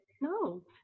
no